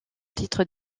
titre